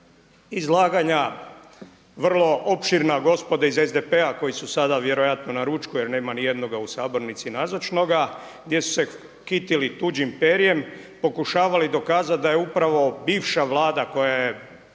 izlaganja vrlo opširna gospode iz SDP-a koji su sada vjerojatno na ručku jer nema nijednoga u sabornici nazočnoga, gdje su se kitili tuđim perjem, pokušavali dokazati da je upravo bivša Vlada koja je